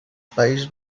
país